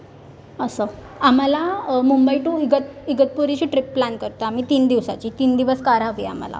असं आम्हाला मुंबई टू इगत इगतपुरी अशी ट्रीप प्लॅन करतो आहे आम्ही तीन दिवसाची तीन दिवस कार हवी आहे आम्हाला